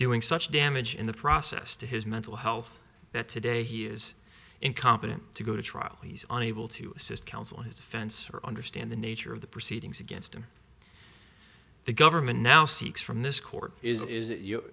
doing such damage in the process to his mental health that today he is incompetent to go to trial he's unable to assist counsel his defense or understand the nature of the proceedings against him the government now seeks from this court is that you